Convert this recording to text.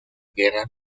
guerra